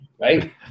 right